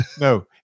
No